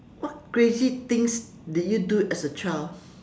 what crazy things did you do as a child